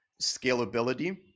scalability